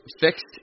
fixed